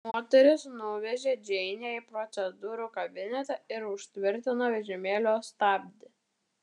moteris nuvežė džeinę į procedūrų kabinetą ir užtvirtino vežimėlio stabdį